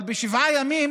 אבל בשבעה ימים